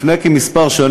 לפני כמה שנים